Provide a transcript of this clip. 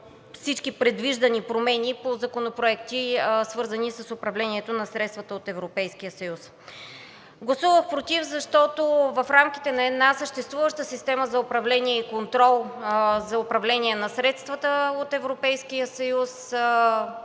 всички предвиждани промени по законопроекти, свързани с управлението на средствата от Европейския съюз. Гласувах против, защото в рамките на една съществуваща система за управление и контрол за управление на средствата от Европейския съюз,